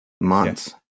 months